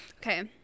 Okay